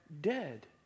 dead